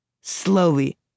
Slowly